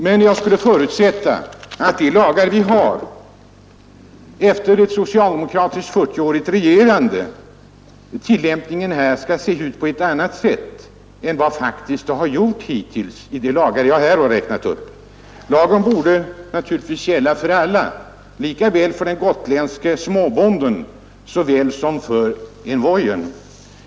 Men man borde kunna förutsätta att tillämpningen av våra lagar efter ett 40-årigt socialdemokratiskt regerande skulle ske på ett annat sätt än vad som har varit fallet hittills beträffande de lagar som jag här har räknat upp. Lagen borde naturligtvis gälla för alla, såväl för den gotländske småbonden som för envoyén.